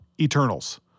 Eternals